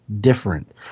different